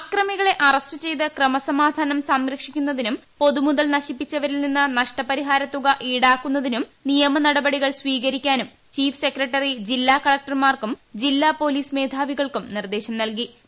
അക്രമികളെ അറസ്റ്റ് ചെയ്ത് ക്രമസമാധാനം സംരക്ഷിക്കുന്നതിനും പൊതുമുതൽ നശിപ്പിച്ച വരിൽ നിന്ന് നഷ്ടപരിഹാരത്തുക ഈടാക്കുന്നതിനും നിയമ നടപടികൾ സ്വീകരിക്കാനും ചീഫ് സെക്രട്ടറി ജില്ലാ കളക്ടർമാർ ക്കും ജില്ലാ പോലീസ് മേധാവികൾക്കും നിർദേശം നൽകീ